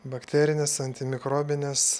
bakterines antimikrobines